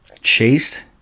chased